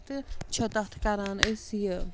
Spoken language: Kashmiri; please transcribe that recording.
تہٕ چھےٚ تَتھ کَران أسۍ یہِ